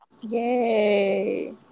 Yay